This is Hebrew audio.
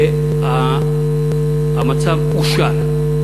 והמצב אושר.